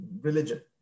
religion